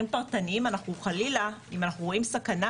פרטניים אנחנו חלילה אם אנחנו רואים סכנה,